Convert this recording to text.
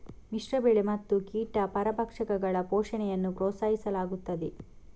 ಮಿಶ್ರ ಬೆಳೆ ಮತ್ತು ಕೀಟ ಪರಭಕ್ಷಕಗಳ ಪೋಷಣೆಯನ್ನು ಪ್ರೋತ್ಸಾಹಿಸಲಾಗುತ್ತದೆ